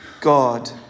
God